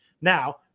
Now